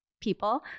people